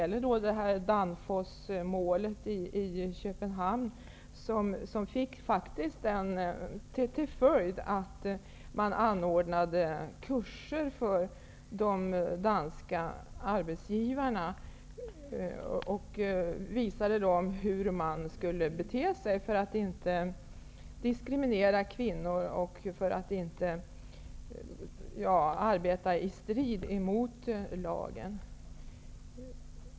Danfos-målet i Köpenhamn fick exempelvis följden att kurser anordnades för de danska arbetsgivarna där det talades om hur man bör bete sig för att inte diskriminera kvinnor och för att inte arbeta i strid mot lagen.